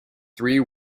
three